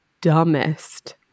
dumbest